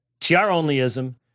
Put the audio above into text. TR-onlyism